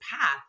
path